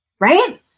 Right